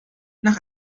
nach